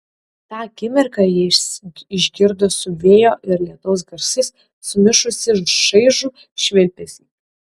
tą akimirką jie išgirdo su vėjo ir lietaus garsais sumišusį šaižų švilpesį